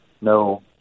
No